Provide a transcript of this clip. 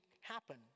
happen